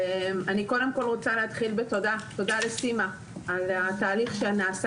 אני קודם כל רוצה להתחיל בתודה לסימה על התהליך שנעשה